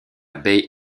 bay